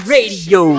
Radio